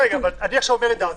אני עכשיו אומר את דעתי.